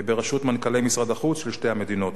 בראשות מנכ"לי משרדי החוץ של שתי המדינות.